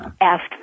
asked